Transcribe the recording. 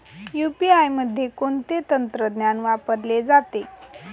UPI मध्ये कोणते तंत्रज्ञान वापरले जाते?